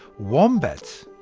wombats,